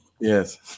Yes